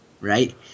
right